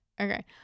Okay